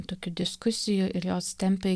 tokių diskusijų ir jos tempė